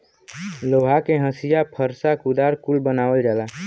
लोहा के हंसिआ फर्सा कुदार कुल बनावल जाला